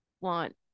want